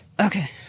Okay